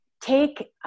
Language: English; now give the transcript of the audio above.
take